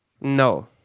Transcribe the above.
No